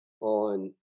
on